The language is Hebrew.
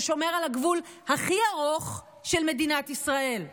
ששומר על הגבול הכי ארוך של מדינת ישראל.